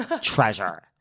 treasure